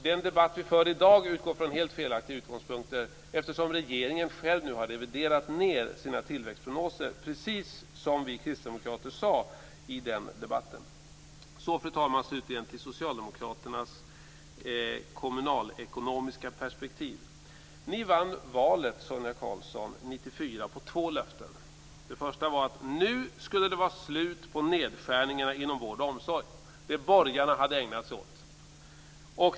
Den debatt vi för i dag utgår från helt felaktig utgångspunkter, eftersom regeringen själv nu har reviderat sina tillväxtprognoser, precis som vi kristdemokrater sade i den debatten. Fru talman! Slutligen vill jag gå över till Socialdemokraternas kommunalekonomiska perspektiv. Ni vann valet 1994, Sonia Karlsson, på två löften. Det första var att det skulle vara slut på nedskärningarna inom vård och omsorg - det borgarna hade ägnat sig åt.